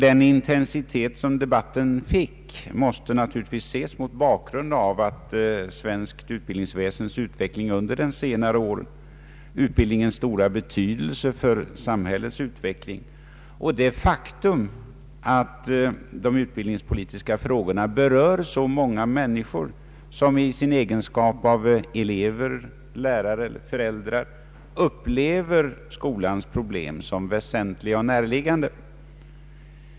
Den intensitet som debatten fick måste naturligtvis ses mot bakgrund av svenskt utbildningsväsendes utveckling under senare år, utbildningens stora betydelse för samhällets utveckling och det faktum att de utbildningspolitiska frågorna berör så många människor som i sin egenskap av elever, lärare eller föräldrar upplever skolans problem som väsentliga och närliggande.